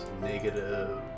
negative